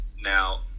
Now